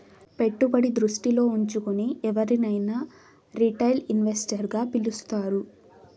పెట్టుబడి దృష్టిలో ఉంచుకుని ఎవరినైనా రిటైల్ ఇన్వెస్టర్ గా పిలుస్తారు